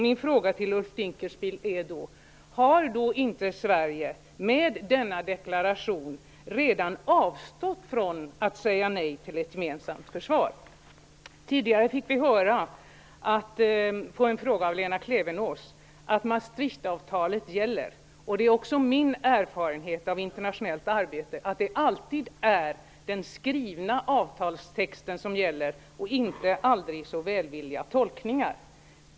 Min fråga till Ulf Dinkelspiel är då: Har inte Sverige redan avstått från att säga nej till ett gemensamt försvar genom denna deklaration? Tidigare fick vi höra, på en fråga från Lena Klevenås, att Maastrichtavtalet gäller. Det är också min erfarenhet av internationellt arbete att det alltid är den skrivna avtalstexten som gäller och inte aldrig så välvilliga tolkningar.